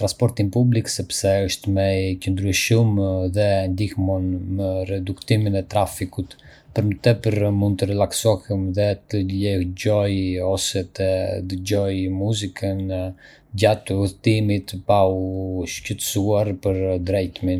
transportin publik sepse është më i qëndrueshëm dhe ndihmon në reduktimin e trafikut. Për më tepër, mund të relaksohem dhe të lexoj ose të dëgjoj muzikë gjatë udhëtimit, pa u shqetësuar për drejtimin.